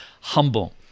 humble